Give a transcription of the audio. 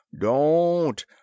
Don't